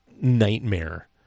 nightmare